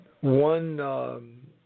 One